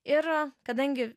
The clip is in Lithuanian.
ir kadangi